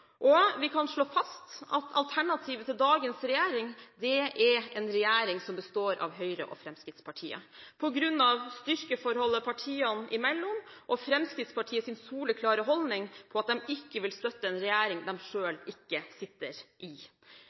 og vi kan slå fast at alternativet til dagens regjering er en regjering som består av Høyre og Fremskrittspartiet, på grunn av styrkeforholdet partiene imellom og Fremskrittspartiets soleklare holdning om at de ikke vil støtte en regjering som de ikke sitter i.